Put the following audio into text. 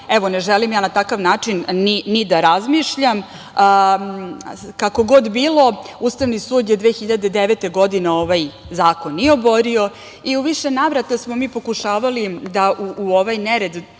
ali ne želim ja na takav način ni da razmišljam. Kako god bilo, Ustavni sud je 2009. godine je ovaj zakon i oborio i u više navrata smo mi pokušavali da u ovaj nered